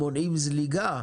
ומונעים זליגה,